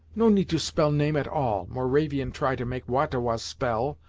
no need to spell name at all moravian try to make wah-ta-wah spell,